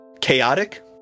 Chaotic